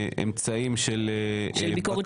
אמצעים של -- של ביקורת שיפוטית?